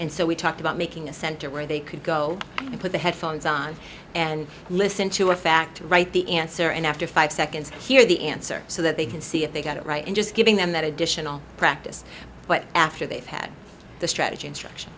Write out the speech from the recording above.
and so we talked about making a center where they could go and put the headphones on and listen to a fact write the answer and after five seconds hear the answer so that they can see if they got it right and just giving them that additional practice but after they've had the strategy instruction